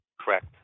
Correct